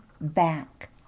back